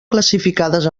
classificades